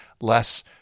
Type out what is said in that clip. less